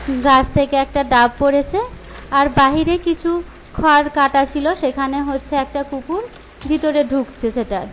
গাছ থেকে একটা ডাব পরেছে আর বাইরে কিছু খড় কাটা ছিল সেখানে হচ্ছে একটা কুকুর ভিতরে ঢুকছে সেটার